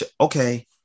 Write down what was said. Okay